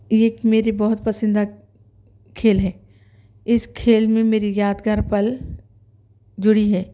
ایک میری بہت پسندہ کھیل ہے اس کھیل میں میری یادگار پل جڑی ہے